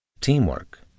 teamwork